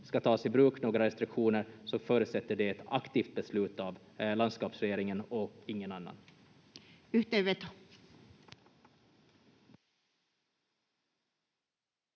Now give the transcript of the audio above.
ska tas i bruk några restriktioner så förutsätter det ett aktivt beslut av landskapsregeringen och ingen annan.